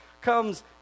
comes